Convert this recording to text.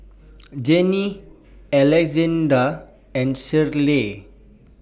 Janine Alexzander and Shirley